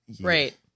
right